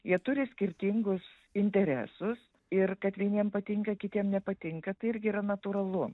jie turi skirtingus interesus ir kad vieniem patinka kitiem nepatinka tai irgi yra natūralu